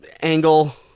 angle